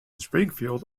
springfield